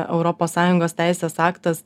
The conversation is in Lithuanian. europos sąjungos teisės aktas